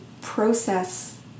process